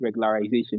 regularization